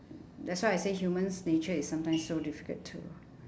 that's why I say human's nature is sometimes so difficult too